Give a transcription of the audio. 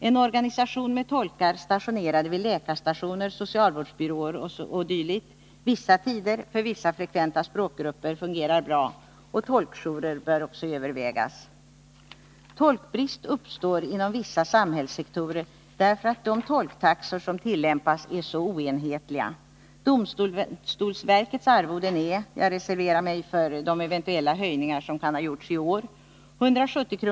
En organisation med tolkar stationerade vid läkarstationer, socialvårdsbyråer o. d. vissa tider för vissa frekventa språkgrupper fungerar bra — och tolkjourer bör också övervägas. Tolkbrist uppstår inom vissa samhällssektorer, därför att de tolktaxor som tillämpas är så oenhetliga. Domstolsverkets arvoden är — jag reserverar mig för de eventuella höjningar som kan ha gjorts i år — 170 kr.